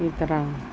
ಈ ಥರ